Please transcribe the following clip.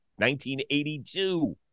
1982